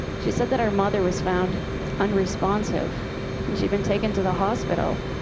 she said that our mother was found unresponsive and she'd been taken to the hospital.